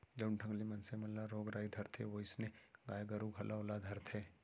जउन ढंग ले मनसे मन ल रोग राई धरथे वोइसनहे गाय गरू घलौ ल धरथे